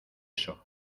eso